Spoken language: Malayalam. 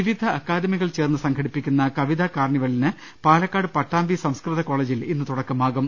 വിവിധ അക്കാദമികൾ ചേർന്നു സംഘടിപ്പിക്കുന്ന കവിതാ കാർണി വെലിന് പാലക്കാട് പട്ടാമ്പി സംസ്കൃത കോളേജിൽ ഇന്ന് തുടക്കമാ കും